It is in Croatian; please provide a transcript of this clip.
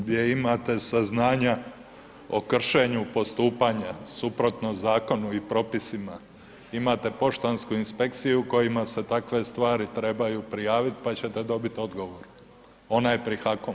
Svugdje gdje imate saznanja o kršenju postupanja suprotno zakonu i propisima, imate poštansku inspekciju kojima se takve stvari trebaju prijavit, pa ćete dobit odgovor, ona je pri HAKOM-u